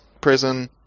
prison